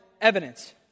evidence